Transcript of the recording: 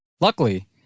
Luckily